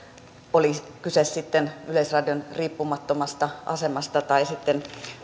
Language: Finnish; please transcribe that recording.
oli kyse sitten yleisradion riippumattomasta asemasta tai sitten